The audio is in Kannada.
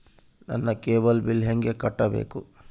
ನನ್ನ ಕೇಬಲ್ ಬಿಲ್ ಹೆಂಗ ಕಟ್ಟಬೇಕು?